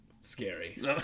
scary